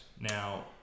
Now